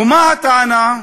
ומה הטענה?